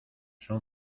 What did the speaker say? son